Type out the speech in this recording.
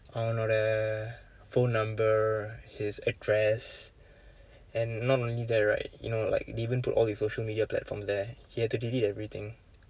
அவனுடைய:avanudaiya phone number his address and not only that right you know like he even put all of his social media platforms there he had to delete everything